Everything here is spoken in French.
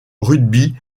rugby